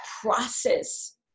process